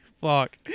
Fuck